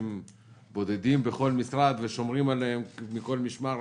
אנשים בודדים בכל משרד מבינים במערכת הזאת ושומרים עליהם מכל משמר,